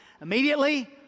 Immediately